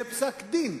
יהיה פסק-דין,